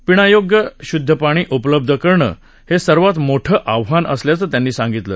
पिण्यायोग्य श्द्ध पाणी उपलब्ध करणं हे सर्वात मोठं आव्हान असल्याचं त्यांनी सांगितलं